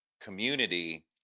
community